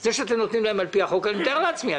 זה שאתם נותנים להם על פי החוק אני מתאר לעצמי.